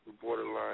borderline